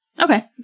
Okay